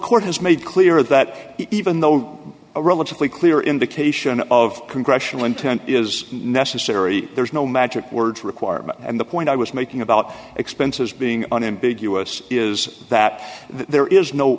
court has made clear that even though a relatively clear indication of congressional intent is necessary there's no magic words requirement and the point i was making about expenses being an ambiguous is that there is no